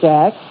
Jack